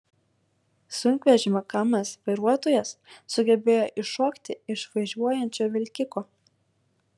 sunkvežimio kamaz vairuotojas sugebėjo iššokti iš važiuojančio vilkiko